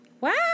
Wow